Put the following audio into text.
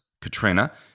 Katrina